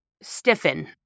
stiffen